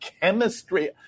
chemistry